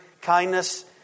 kindness